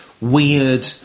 weird